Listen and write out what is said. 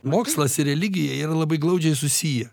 mokslas ir religija yra labai glaudžiai susiję